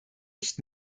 nicht